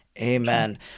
Amen